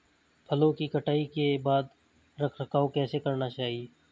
फसलों की कटाई के बाद रख रखाव कैसे करना चाहिये?